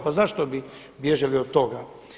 Pa zašto bi bježali od toga?